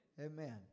Amen